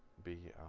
be